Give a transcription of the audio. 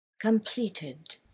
completed